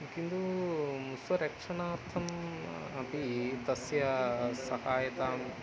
किन्तु स्वरक्षणार्थम् अपि तस्याः सहायताम्